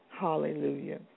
Hallelujah